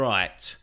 Right